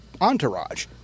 entourage